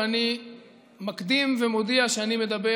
ואני מקדים ומודיע שאני מדבר,